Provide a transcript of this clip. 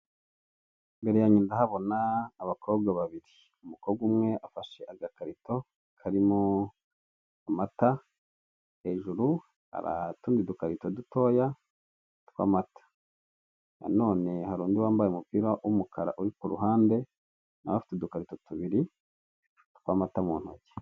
Imbere yange ndahabona abakobwa babiri, umukobwa umwe afashe agakarito karimo amata, hejuru hari utundi dukarito dutoya tw'amata, na none hari undi wambaye umupira w'umukara uri ku ruhande nawe afite udukarito tubiri twa'amata mu ntoki.